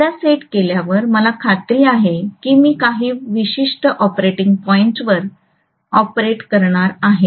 एकदा सेट केल्यावर मला खात्री आहे की मी काही विशिष्ट ऑपरेटिंग पॉईंटवर ऑपरेट करणार आहे